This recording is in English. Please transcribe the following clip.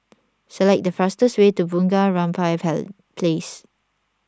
select the fastest way to Bunga Rampai Place